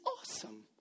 awesome